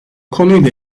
konuyla